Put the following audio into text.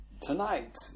tonight